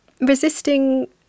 Resisting